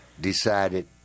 decided